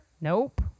Nope